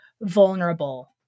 vulnerable